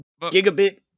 gigabit